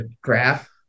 graph